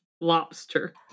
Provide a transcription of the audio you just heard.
lobster